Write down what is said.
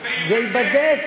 זה ייבדק,